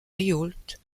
riault